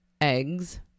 eggs